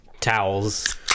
towels